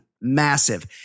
massive